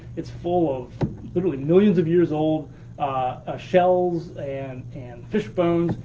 it's full of literally millions of years old shells and and bones.